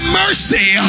mercy